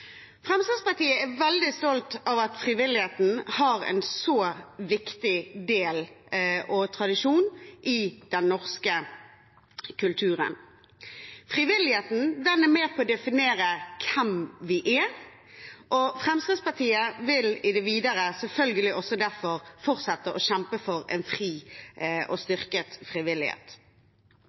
Fremskrittspartiet er veldig stolt over at frivilligheten har en så viktig plass og tradisjon i den norske kulturen. Frivilligheten er med på å definere hvem vi er, og Fremskrittspartiet vil i det videre, selvfølgelig også derfor, fortsette å kjempe for en fri og styrket frivillighet.